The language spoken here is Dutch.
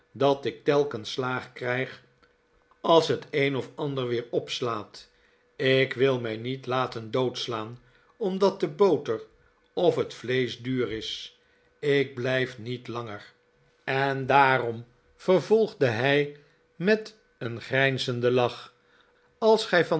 dat ik telkens slaag krijg als het een of ander weer opslaat ik wil mij niet laten doodslaan onidat de boter of het vleesch duur is ik blijf niet langer en maarten chu zzlewit daarom vervolgde hij met een grijnzenden lach als gij